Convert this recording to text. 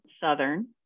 Southern